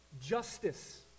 Justice